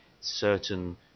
certain